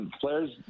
players